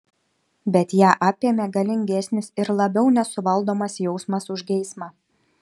bet ją apėmė galingesnis ir labiau nesuvaldomas jausmas už geismą